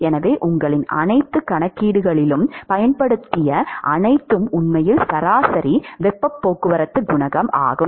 எனவே உங்களின் அனைத்து கணக்கீடுகளிலும் பயன்படுத்திய அனைத்தும் உண்மையில் சராசரி வெப்பப் போக்குவரத்து குணகம் ஆகும்